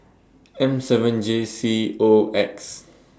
M seven J C O X